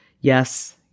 Yes